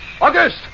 August